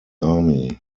army